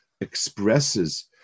expresses